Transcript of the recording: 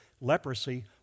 Leprosy